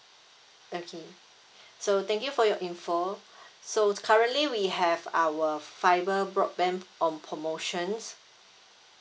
okay so thank you for your info so currently we have our fiber broadband on promotions